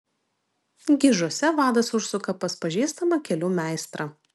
gižuose vadas užsuka pas pažįstamą kelių meistrą